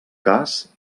cas